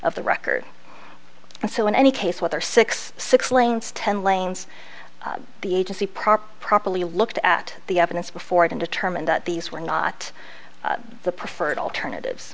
of the record and so in any case whether six six lanes ten lanes the agency proper properly looked at the evidence before it and determined that these were not the preferred alternative